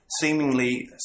seemingly